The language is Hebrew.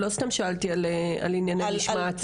אני לא סתם שאלתי על ענייני משמעת.